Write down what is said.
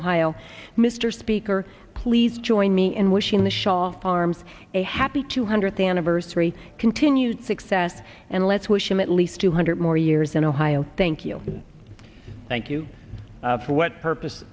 ohio mr speaker please join me in wishing the shaw farms a happy two hundredth anniversary continued success and let's wish him at least two hundred more years in ohio thank you thank you for what purpose